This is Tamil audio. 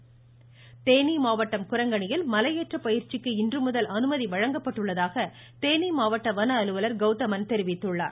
குரங்கணி தேனி மாவட்டம் குரங்கணியில் மலையேற்ற பயிற்சிக்கு இன்று முதல் அனுமதி வழங்கப்பட்டுள்ளதாக தேனி மாவட்ட வன அலுவலர் கௌதமன் தெரிவித்துள்ளார்